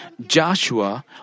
Joshua